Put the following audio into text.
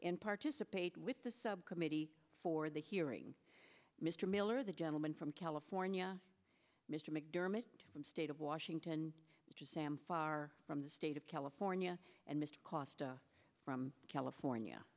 and participate with the subcommittee for the hearing mr miller the gentleman from california mr mcdermott from state of washington to sam far from the state of california and mr costa from california